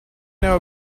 know